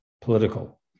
political